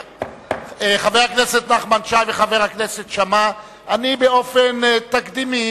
חבר הכנסת נחמן שי וחבר הכנסת שאמה, באופן תקדימי,